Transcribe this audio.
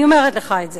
אני אומרת לך את זה.